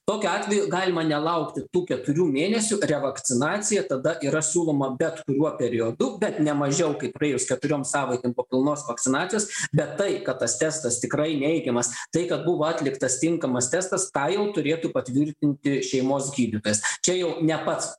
tokiu atveju galima nelaukt ir tų keturių mėnesių revakcinacija tada yra siūloma bet kuriuo periodu bet nemažiau kaip praėjus keturiom savaitėm po pilnos vakcinacijos bet tai kad tas testas tikrai neigiamas tai kad buvo atliktas tinkamas testas tą jau turėtų patvirtinti šeimos gydytojas čia jau ne pats